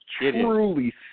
truly